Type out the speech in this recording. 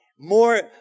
More